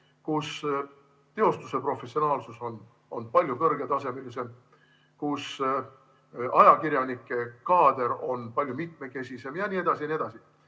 kus teostuse professionaalsus on palju kõrgetasemelisem, kus ajakirjanike kaader on palju mitmekesisem jne, jne.